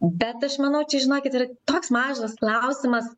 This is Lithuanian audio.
bet aš manau čia žinokit ir toks mažas klausimas